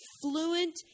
fluent